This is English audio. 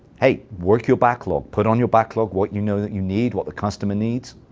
hey, work your backlog. put on your backlog what you know that you need, what the customer needs.